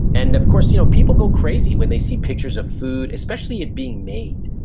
and of course, you know people go crazy when they see pictures of food, especially it being made.